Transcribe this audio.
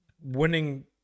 winning